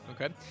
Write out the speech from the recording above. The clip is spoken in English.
Okay